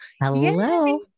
Hello